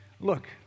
Look